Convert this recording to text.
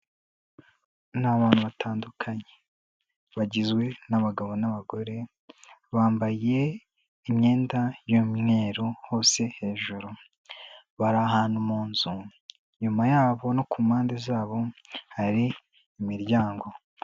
Ni abantu batandukanye, bagizwe n'abagabo n'abagore, bambaye imyenda y'umweru hose hejuru, bari ahantu mu nzu, nyuma yabo no ku mpande zabo hari imiryango.